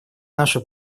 нашу